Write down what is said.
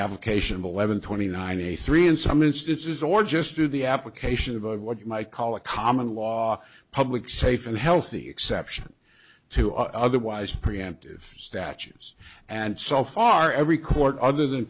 application of eleven twenty nine and three in some instances or just to be application of of what you might call a common law public safe and healthy exception to otherwise preemptive statues and so far every court other than